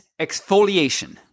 exfoliation